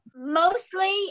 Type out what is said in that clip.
Mostly